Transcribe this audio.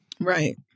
right